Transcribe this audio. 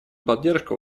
поддержку